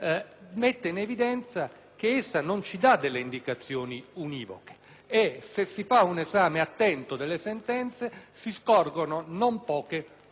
che essa non ci dà delle indicazioni univoche. Se si fa un esame attento delle sentenze si scorgono non poche contraddizioni.